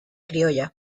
criolla